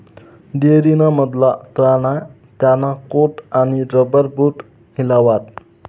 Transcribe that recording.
dairy ना मधमा त्याने त्याना कोट आणि रबर बूट हिलावात